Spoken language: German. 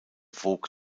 vogue